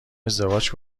ازدواج